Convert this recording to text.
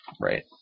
right